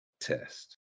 test